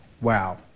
wow